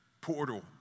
portal